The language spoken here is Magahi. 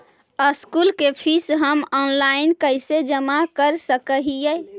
स्कूल के फीस हम ऑनलाइन कैसे जमा कर सक हिय?